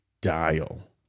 dial